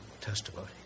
testimony